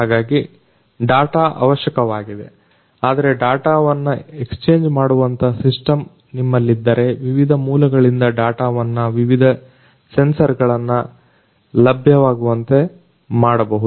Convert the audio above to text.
ಹಾಗಾಗಿ ಡಾಟ ಅವಶ್ಯಕವಾಗಿದೆ ಅದ್ರೆ ಡಾಟವನ್ನ ಎಕ್ಸ್ಚೇಂಜ್ ಮಾಡುವಂತಹ ಸಿಸ್ಟಮ್ ನಿಮ್ಮಲ್ಲಿದ್ದರೆ ವಿವಿಧ ಮೂಲಗಳಿಂದ ಡಾಟವನ್ನ ವಿವಿಧ ಸೆನ್ಸರ್ಗಳನ್ನ ಲಭ್ಯವಾಗುವಂತೆ ಮಾಡಬಹುದು